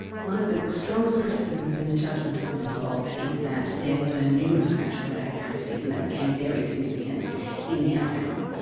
one of the strongest criticisms in the judgement of mr bolt is that there were numerous factual inaccuracies, and that became very significant in the outcome.